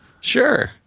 Sure